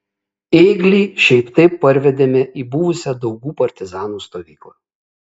ėglį šiaip taip parvedėme į buvusią daugų partizanų stovyklą